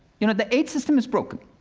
you know, the aid system is broken.